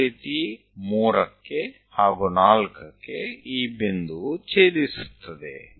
ಅದೇ ರೀತಿ 3 ಕ್ಕೆ ಹಾಗೂ 4 ಕ್ಕೆ ಈ ಬಿಂದುವು ಛೇದಿಸುತ್ತದೆ